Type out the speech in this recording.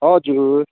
हजुर